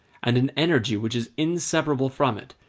and an energy which is inseparable from it,